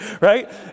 right